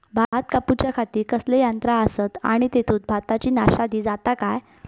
भात कापूच्या खाती कसले यांत्रा आसत आणि तेतुत भाताची नाशादी जाता काय?